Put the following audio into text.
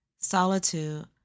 Solitude